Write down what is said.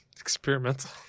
experimental